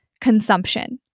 consumption